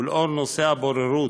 ולנוכח נושא הבוררות,